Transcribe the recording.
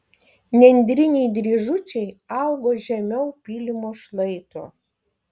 nendriniai dryžučiai augo žemiau pylimo šlaito